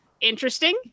interesting